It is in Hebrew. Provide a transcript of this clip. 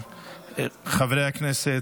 חברי הכנסת,